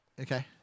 Okay